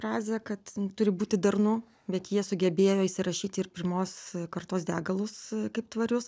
frazę kad turi būti darnu bet jie sugebėjo įsirašyti ir pirmos kartos degalus kaip tvarius